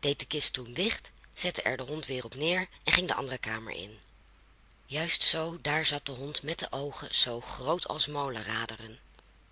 deed de kist toen dicht zette er den hond weer op neer en ging de andere kamer in juist zoo daar zat de hond met de oogen zoo groot als